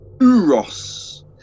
uros